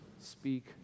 speak